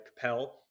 capel